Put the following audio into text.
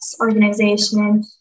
organization